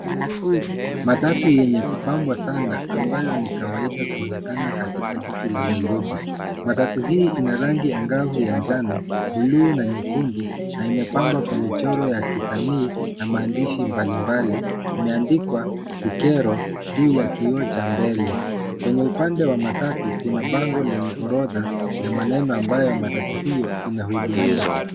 Matatu yenye kupangwa sana, ambayo ni kawaida kuonekana katika jiji la Nairobi. Matatu hii ina rangi angavu ya njano, buluu na nyekundu na imepangwa kwa michoro ya kisanii, na maandishi mbalimbali , imeandikwa,(cs)Tukero (cs) juu ya kioo cha mbele. Kwenye upande wa matatu, kuna bango lenye horodha ya maneno ambayo matatu ho inahudumia.